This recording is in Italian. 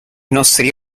nostri